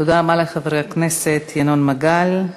תודה רבה לחבר הכנסת ינון מגל.